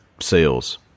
sales